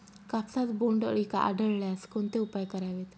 कापसात बोंडअळी आढळल्यास कोणते उपाय करावेत?